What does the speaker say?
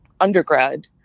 undergrad